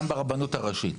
גם ברבנות הראשית.